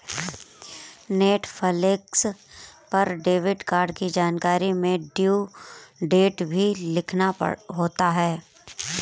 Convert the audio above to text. Netflix पर debit card की जानकारी में ड्यू डेट भी लिखना होता है